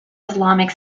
islamic